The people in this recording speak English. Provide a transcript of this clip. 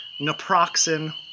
naproxen